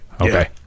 okay